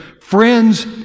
friends